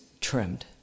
trimmed